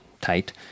tight